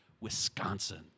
Wisconsin